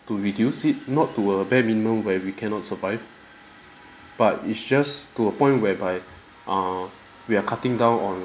to reduce it not to a bare minimum where we cannot survive but it's just to a point whereby err we are cutting down on